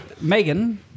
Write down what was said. Megan